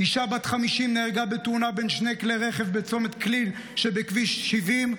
אישה בת 50 נהרגה בתאונה בין שני כלי רכב בצומת כליל שבכביש 70,